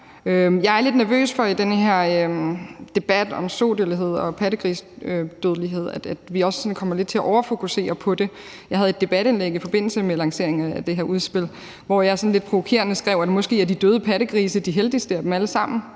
angår dyrevelfærd. I den her debat om sodødelighed og pattegrisedødelighed er jeg lidt nervøs for, at vi også sådan kommer lidt til at overfokusere på det. Jeg skrev et debatindlæg i forbindelse med lanceringen af det her udspil, hvor jeg sådan lidt provokerende skrev, at de døde pattegrise måske er de heldigste af dem alle sammen,